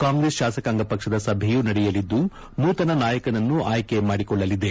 ಕಾಂಗೆಸ್ ಶಾಸಕಾಂಗ ಪಕ್ಷದ ಸಭೆಯೂ ನಡೆಯಲಿದ್ದು ನೂತನ ನಾಯಕನನ್ನು ಆಯ್ಕೆ ಮಾದಿಕೊಳ್ಳಲಿದೆ